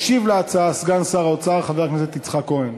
ישיב על ההצעה סגן שר האוצר חבר הכנסת יצחק כהן.